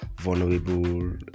vulnerable